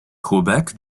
quebec